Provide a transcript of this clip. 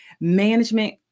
management